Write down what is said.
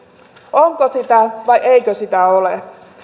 onko sitä vai eikö sitä ole